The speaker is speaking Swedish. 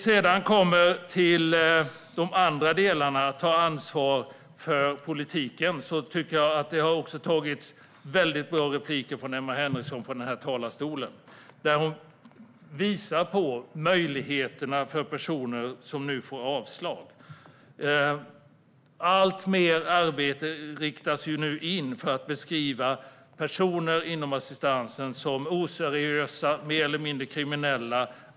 Sedan kommer vi till de andra delarna om att ta ansvar för politiken. Jag tycker att Emma Henriksson har haft väldigt bra repliker i den här talarstolen. Hon visar på möjligheterna för personer som nu får avslag. Alltmer arbete riktas nu in på att beskriva personer inom assistansen som oseriösa och mer eller mindre kriminella.